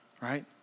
right